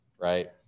right